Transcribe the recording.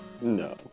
No